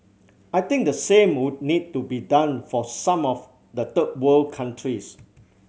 I think the same would need to be done for some of the third world countries